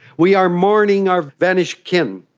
we are mourning our vanished kin,